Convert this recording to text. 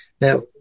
Now